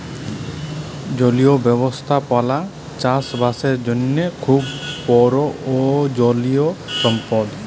জলীয় ব্যবস্থাপালা চাষ বাসের জ্যনহে খুব পরয়োজলিয় সম্পদ